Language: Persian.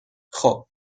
خوب